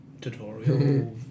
tutorial